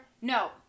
no